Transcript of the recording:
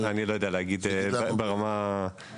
אני לא יודע להגיד ברמה הזאת,